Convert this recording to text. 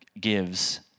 gives